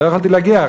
לא יכולתי להגיע,